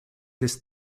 this